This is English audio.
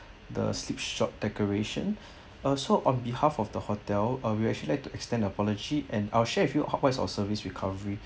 the slipshod decoration also on behalf of the hotel uh we actually would like to extend the apology and I'll share with you wha~ what is our service recovery